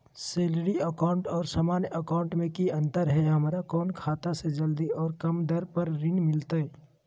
Salary account और सामान्य account मे की अंतर है हमरा कौन खाता से जल्दी और कम दर पर ऋण मिलतय?